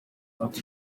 ati